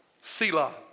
Selah